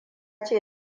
ce